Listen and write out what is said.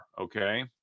Okay